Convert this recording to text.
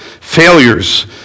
failures